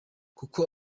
kuko